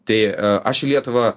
tai aš į lietuvą